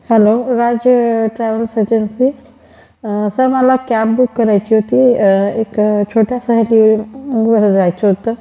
hello Raj travels agency sir मला cab book करायची होती एक छोटंसं हे जायचं होतं